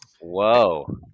Whoa